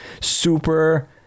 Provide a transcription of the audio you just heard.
super